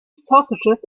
sausages